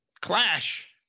clash